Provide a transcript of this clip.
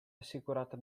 assicurata